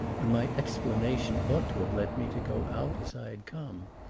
and my explanation ought to have led me to go out as i had come.